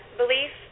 belief